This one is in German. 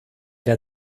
der